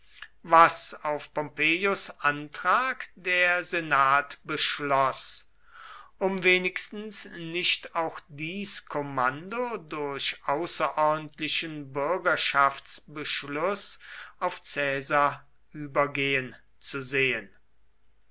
was auf pompeius antrag der senat beschloß um wenigstens nicht auch dies kommando durch außerordentlichen bürgerschaftsbeschluß auf caesar übergehen zu sehen